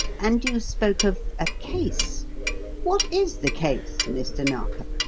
and you spoke of a case what is the case, mr. narkom?